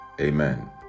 Amen